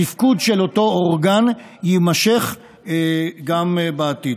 התפקוד של אותו אורגן יימשך גם בעתיד.